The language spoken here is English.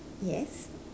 yes